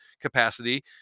capacity